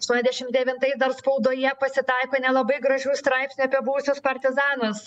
aštuoniasdešim devintais dar spaudoje pasitaiko nelabai gražių straipsnių apie buvusius partizanus